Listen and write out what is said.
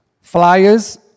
flyers